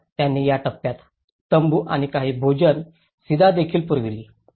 तर त्यांनी या टप्प्यात तंबू आणि काही भोजन शिधा देखील पुरविली